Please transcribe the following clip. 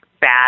bad